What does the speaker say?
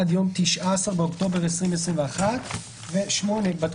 העד יום 19 באוקטובר 2021. 8.הוראת שעה